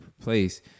place